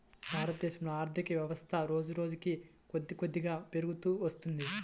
భారతదేశ ఆర్ధికవ్యవస్థ రోజురోజుకీ కొద్దికొద్దిగా పెరుగుతూ వత్తున్నది